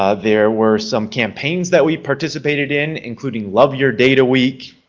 ah there were some campaigns that we participated in including love your data week,